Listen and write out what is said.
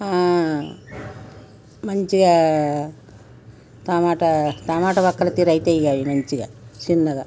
మంచిగా టమాట టమాట వక్కలు తీర అయితాయిగ మంచిగా చిన్నగా